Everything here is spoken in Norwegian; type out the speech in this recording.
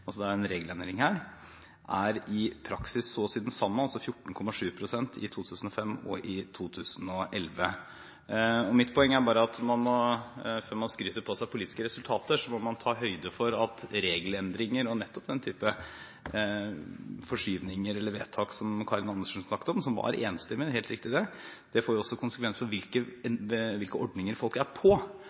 altså 14,7 pst. i 2005 og i 2011. Mitt poeng er bare at før man skryter på seg politiske resultater, må man ta høyde for at regelendringer og nettopp den type forskyvninger eller vedtak, som Karin Andersen snakket om – og som helt riktig var enstemmig – også får konsekvenser for hvilke ordninger folk er på.